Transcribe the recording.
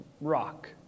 rock